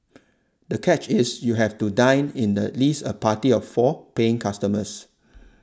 the catch is you have to dine in the least a party of four paying customers